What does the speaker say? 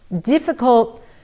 difficult